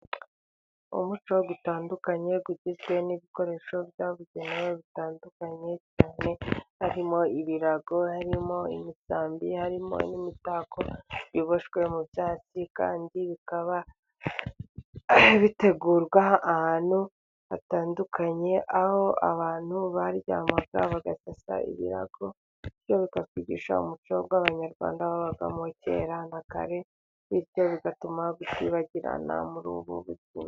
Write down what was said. Umuco utandukanye ugizwe n'ibikoresho byabugenewe bitandukanye cyane, harimo ibirago, harimo imisambi, harimo n'imitako biboshywe mu byatsi, kandi bikaba bitegurwa ahantu hatandukanye, aho abantu baryama bagasasa ibirago, ibyo bikatwigisha umuco w'Abanyarwanda babagamo kera na kare, bityo bigatuma batibagirana muri ubu buzima.